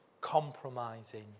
compromising